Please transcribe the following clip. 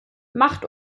macht